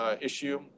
issue